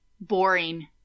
Boring